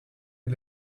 est